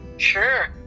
Sure